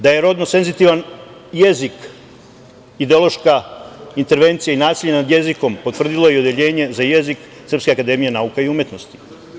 Da je rodno senzitivan jezik ideološka intervencija i nasilje nad jezikom potvrdilo je i Odeljenje za jezik Srpske akademije nauka i umetnosti.